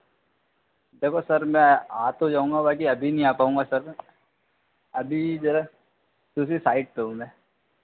देखो सर मैं आ तो जाऊंगा बाकी अभी नहीं आ पाऊँगा सर मैं अभी जरा दूसरी साइट पर हूँ मैं